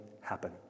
happen